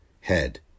head